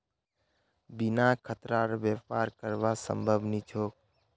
बिना खतरार व्यापार करना संभव नी छोक